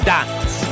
Dance